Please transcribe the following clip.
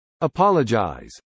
apologize